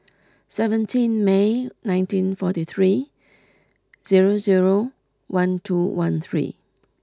seventeen May nineteen forty three zero zero one two one three